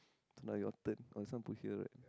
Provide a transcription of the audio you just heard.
it's now your turn concern put here right